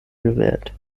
gewählt